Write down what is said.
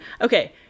Okay